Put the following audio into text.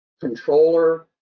controller